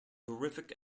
horrific